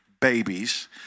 babies